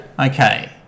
Okay